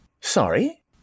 Sorry